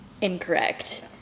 incorrect